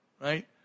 Right